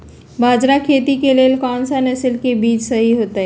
बाजरा खेती के लेल कोन सा नसल के बीज सही होतइ?